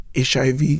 HIV